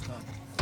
התחלף היושב-ראש?